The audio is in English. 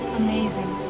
amazing